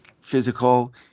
physical